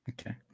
Okay